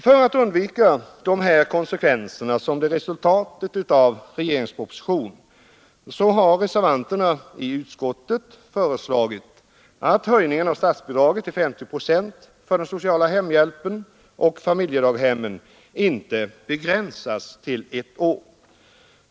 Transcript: För att undvika de konsekvenser, som blir resultatet av regeringens proposition, har reservanterna föreslagit att höjningen av statsbidraget till 50 procent för den sociala hemhjälpen och för familjedaghemmen inte begränsas till ett år.